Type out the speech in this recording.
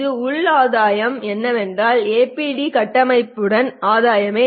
இது உள் ஆதாயம் ஏனென்றால் APD கட்டமைப்பின் உள் ஆதாயமே